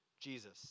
Jesus